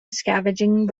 scavenging